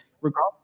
regardless